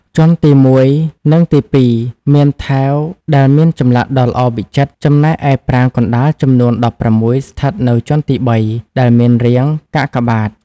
ជាន់ទី១ និងទី ២ មានថែវដែលមានចម្លាក់ដ៏ល្អវិចិត្រ ចំណែកឯប្រាង្គកណ្ដាលចំនួន ១៦ ស្ថិតនៅជាន់ទី ៣ ដែលមានរាងកាកបាទ។